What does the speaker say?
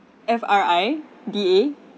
F R I D A